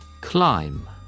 Climb